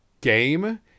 game